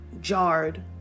jarred